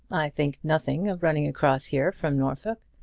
i think nothing of running across here from norfolk.